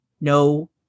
No